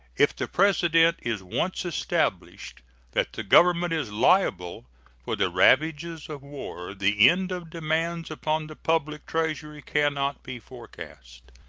if the precedent is once established that the government is liable for the ravages of war, the end of demands upon the public treasury can not be forecast.